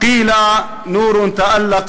אבל היום זה יום ההולדת שלי.